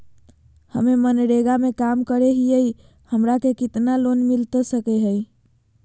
हमे मनरेगा में काम करे हियई, हमरा के कितना लोन मिलता सके हई?